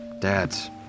Dads